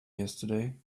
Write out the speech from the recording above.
yesterday